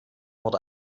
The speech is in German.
wurde